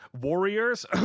Warriors